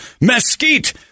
mesquite